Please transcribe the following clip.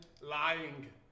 lying